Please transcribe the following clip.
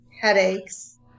headaches